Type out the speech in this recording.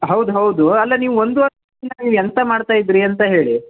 ಹೌದು ಹೌದು ಅಲ್ಲ ನೀವು ಒಂದ್ವರೆ ತಿಂಗ್ಳು ಎಂಥ ಮಾಡ್ತಾ ಇದ್ದಿರಿ ಅಂತ ಹೇಳಿ